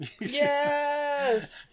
yes